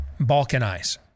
balkanize